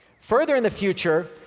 further in the future,